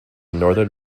northern